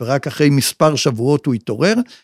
ורק אחרי מספר שבועות הוא יתעורר.